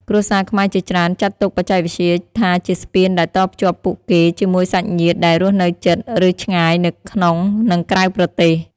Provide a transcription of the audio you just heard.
គ្រួសារខ្មែរជាច្រើនចាត់ទុកបច្ចេកវិទ្យាថាជាស្ពានដែលតភ្ជាប់ពួកគេជាមួយសាច់ញាតិដែលរស់នៅជិត ឬ ឆ្ងាយ នៅក្នុង និងក្រៅប្រទេស។